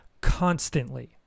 constantly